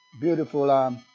beautiful